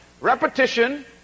Repetition